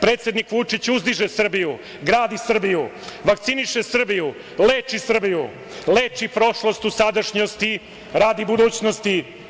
Predsednik Vučić uzdiže Srbiju, gradi Srbiju, vakciniše Srbiju, leči Srbiju, leči prošlost u sadašnjosti radi budućnosti.